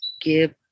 give